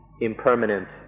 impermanence